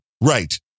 Right